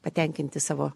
patenkinti savo